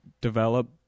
develop